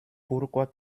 pourquoi